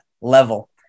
level